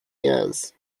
years